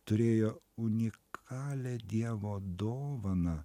turėjo unikalią dievo dovaną